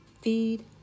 feed